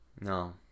No